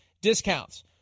discounts